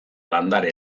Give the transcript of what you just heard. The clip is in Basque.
landare